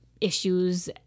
issues